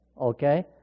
Okay